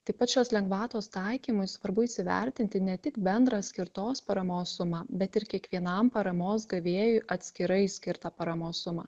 taip pat šios lengvatos taikymui svarbu įsivertinti ne tik bendrą skirtos paramos sumą bet ir kiekvienam paramos gavėjui atskirai skirtą paramos sumą